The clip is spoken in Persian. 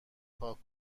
پاک